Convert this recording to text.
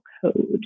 code